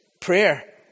prayer